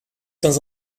temps